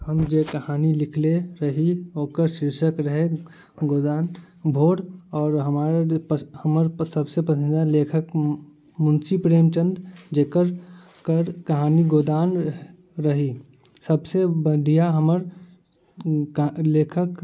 हम जे कहानी लिखने रही ओकर शीर्षक रहै गोदान भोर आओर हमर जे सभसँ पसन्दीदा लेखक मुंशी प्रेमचन्द जेकर कहानी गोदान रहै सभसँ बढ़िऑं हमर लेखक